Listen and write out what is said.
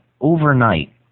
overnight